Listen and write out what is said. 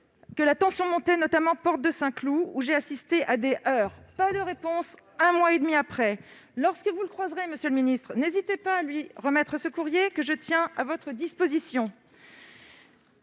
que la tension montait, notamment à la porte de Saint-Cloud, où j'ai assisté à des heurts. Un mois et demi après, toujours pas de réponse ! Lorsque vous le croiserez, monsieur le ministre, n'hésitez pas à lui remettre ce courrier, que je tiens à votre disposition.